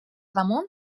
damunt